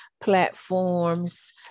platforms